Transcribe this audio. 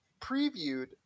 previewed